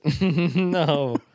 No